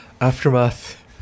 Aftermath